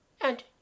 And